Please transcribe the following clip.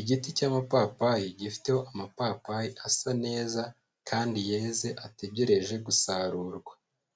Igiti cy'amapapayi gifiteho amapapayi asa neza kandi yeze ategereje gusarurwa,